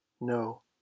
No